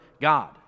God